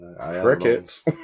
Crickets